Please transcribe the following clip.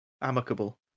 amicable